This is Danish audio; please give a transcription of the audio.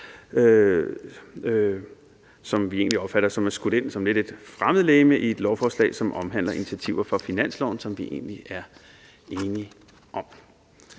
egentlig opfatter som skudt ind som lidt et fremmedlegeme i et lovforslag, som omhandler initiativer fra finansloven, som vi er enige om.